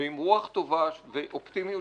ועם רוח טובה ואופטימיות,